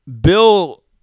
bill